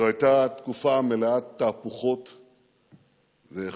זו היתה תקופה מלאת תהפוכות וחששות,